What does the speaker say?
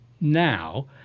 now